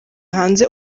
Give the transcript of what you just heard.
hanze